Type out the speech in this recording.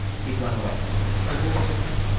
he'd run away what was his name?